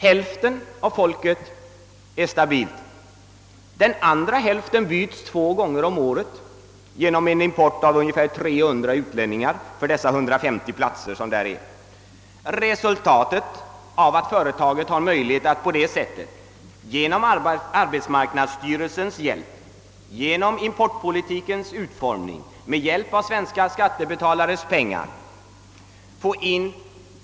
Hälften av dem är stadigvarande. Den andra hälften byts två gånger om året genom en import av ungefär 300 utlänningar för dessa 150 platser. Resultatet blir att företaget haft möjlighet att sänka lönerna — med arbetsmarknadsstyrelsens hjälp, på grund av importpolitikens utformning och med svenska skattebetalares pengar.